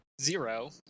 Zero